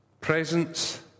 Presence